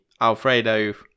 Alfredo